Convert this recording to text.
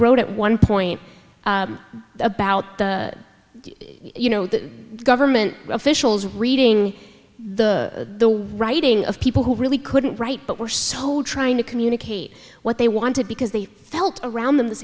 wrote at one point about the you know the government officials reading the writing of people who really couldn't write but were so trying to communicate what they wanted because they felt around them